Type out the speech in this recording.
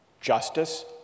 justice